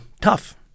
tough